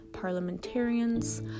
parliamentarians